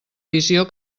visió